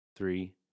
Three